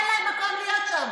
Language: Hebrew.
אין לו מקום להיות כאן.